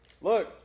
Look